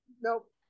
Nope